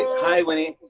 hi, winnie.